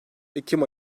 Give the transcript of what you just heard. ekim